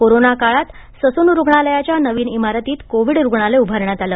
corona काळात Sassoon रुग्णालयाच्या नवीन इमारतीत कोविड रुग्णालय उभारण्यात आलं